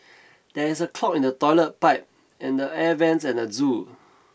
there is a clog in the toilet pipe and the air vents at the zoo